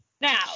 now